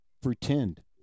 pretend